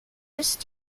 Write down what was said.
ist